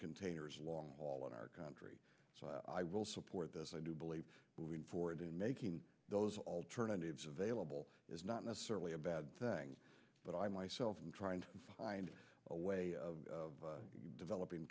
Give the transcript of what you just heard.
containers long haul in our country so i will support this i do believe moving forward in making those alternatives available is not necessarily a bad thing but i myself am trying to find a way of developing